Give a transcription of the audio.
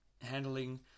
handling